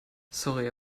sorry